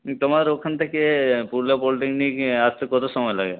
হুম তোমার ওখান থেকে পুরলা পোল্টিং নিয়ে আসতে কত সময় লাগে